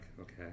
okay